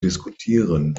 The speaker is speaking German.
diskutieren